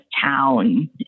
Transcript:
town